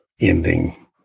ending